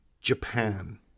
Japan